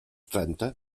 trenta